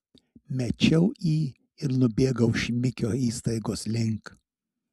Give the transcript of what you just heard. mečiau jį ir nubėgau šmikio įstaigos link